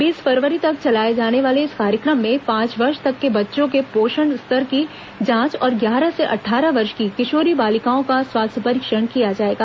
बीस फरवरी तक चलाए जाने वाले इस कार्यक्रम में पांच वर्ष तक के बच्चों के पोषण स्तर की जांच और ग्यारह से अट्ठारह वर्ष की किशोरी बालिकाओं का स्वास्थ्य परीक्षण किया जाएगा